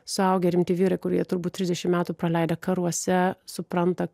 suaugę rimti vyrai kurie turbūt trisdešimt metų praleidę karuose supranta